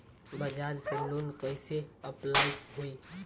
बजाज से लोन कईसे अप्लाई होई?